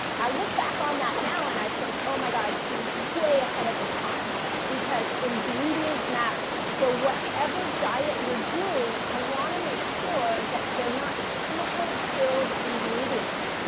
i look back on that now and i think, oh my god, she was way ahead of her time because ingredients matter. so whatever diet you're doing, i want to make sure that they're not chemical filled ingredients.